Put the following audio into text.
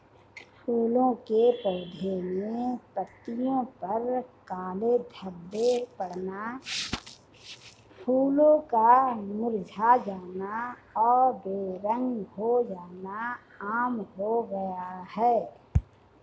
फूलों के पौधे में पत्तियों पर काले धब्बे पड़ना, फूलों का मुरझा जाना और बेरंग हो जाना आम हो गया है